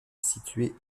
située